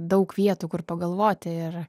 daug vietų kur pagalvoti ir